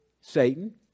Satan